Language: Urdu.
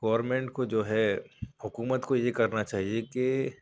گورمنٹ کو جو ہے حکومت کو یہ کرنا چاہیے کہ